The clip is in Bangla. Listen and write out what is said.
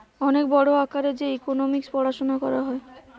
অনেক বড় আকারে যে ইকোনোমিক্স পড়াশুনা করা হয়